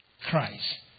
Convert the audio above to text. Christ